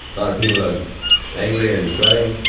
lot of people are angry and growling.